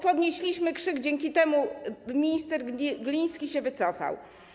Podnieśliśmy krzyk i dzięki temu minister Gliński się wycofał.